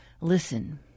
Listen